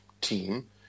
team